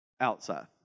outside